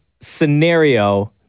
scenario